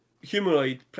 humanoid